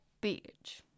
beach